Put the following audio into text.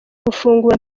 gufungura